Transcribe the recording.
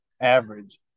average